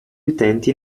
utenti